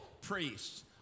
priests